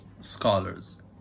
scholars